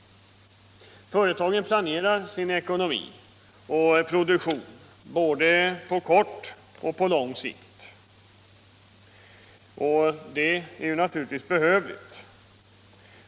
Företagen planerar sin ekonomi och produktion både på kort och på lång sikt. Det är naturligtvis behövligt.